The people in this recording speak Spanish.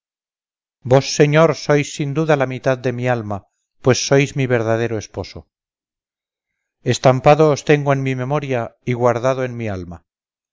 vos señor sois sin duda la mitad de mi alma pues sois mi verdadero esposo estampado os tengo en mi memoria y guardado en mi alma